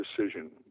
decision